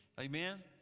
amen